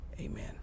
Amen